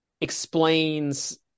explains